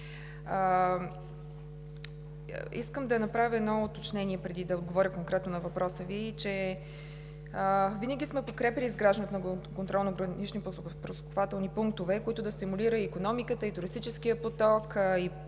Искам да направя едно уточнение преди да отговоря конкретно на въпроса Ви, че винаги сме подкрепяли изграждането на гранични контролно-пропускателни пунктове, което да стимулира икономиката, туристическия поток и